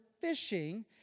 fishing